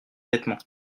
vêtements